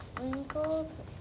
wrinkles